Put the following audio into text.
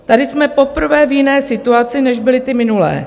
Tady jsme poprvé v jiné situaci, než byly ty minulé.